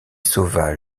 sauva